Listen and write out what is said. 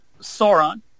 Sauron